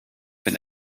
wenn